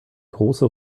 große